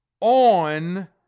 on